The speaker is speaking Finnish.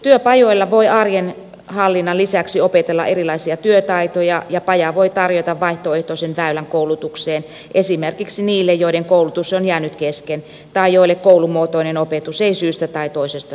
työpajoissa voi arjen hallinnan lisäksi opetella erilaisia työtaitoja ja paja voi tarjota vaihtoehtoisen väylän koulutukseen esimerkiksi niille joiden koulutus on jäänyt kesken tai joille koulumuotoinen opetus ei syystä tai toisesta sovi